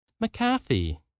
McCarthy